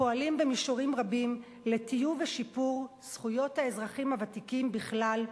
פועלים במישורים רבים לטיוב ולשיפור זכויות האזרחים הוותיקים בכלל,